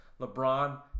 LeBron